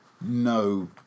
no